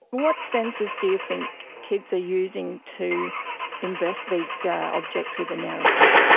what senses do you think kids are using to invest these objects with a narrative?